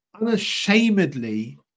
unashamedly